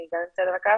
בסדר.